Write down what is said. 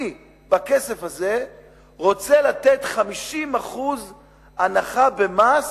אני בכסף הזה רוצה לתת 50% הנחה במס